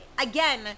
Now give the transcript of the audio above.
again